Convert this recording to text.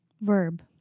verb